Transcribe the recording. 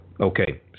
Okay